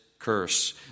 Curse